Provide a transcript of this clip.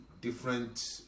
different